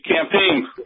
campaign